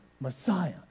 Messiah